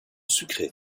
sucré